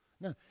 No